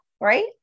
right